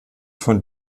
von